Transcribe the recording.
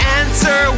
answer